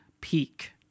peak